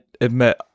admit